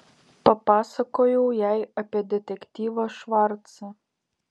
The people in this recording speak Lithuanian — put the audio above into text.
papasakojau jai apie detektyvą švarcą